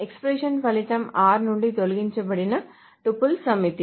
expression ఫలితం r నుండి తొలగించబడిన టపుల్స్ సమితి